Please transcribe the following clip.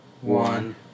one